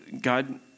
God